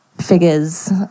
figures